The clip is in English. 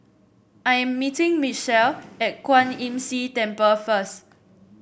I am meeting Mitchell at Kwan Imm See Temple first